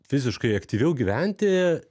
fiziškai aktyviau gyventi